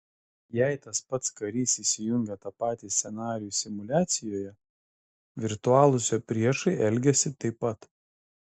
jei tas pats karys įsijungia tą patį scenarijų simuliacijoje virtualūs jo priešai elgiasi taip pat